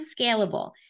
scalable